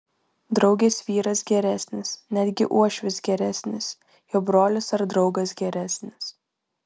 draugės vyras geresnis netgi uošvis geresnis jo brolis ar draugas geresnis